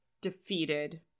defeated